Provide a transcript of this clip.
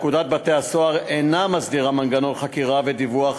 פקודת בתי-הסוהר אינה מסדירה מנגנון חקירה ודיווח